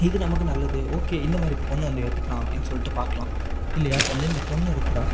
இது நமக்கு நல்லது ஓகே இந்த மாதிரி பெண்ண வந்து ஏற்றுக்கலாம் அப்படின்ட்டு சொல்லிட்டு பார்க்கலாம் இல்லையா இப்போ வந்து இந்த பொண்ணு இருக்கிறா